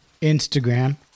Instagram